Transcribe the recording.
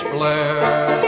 Blair